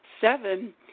Seven